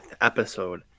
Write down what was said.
episode